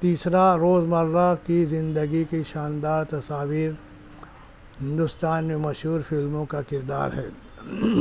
تیسرا روز مرہ کی زندگی کی شاندار تصاویر ہندوستان میں مشہور فلموں کا کردار ہے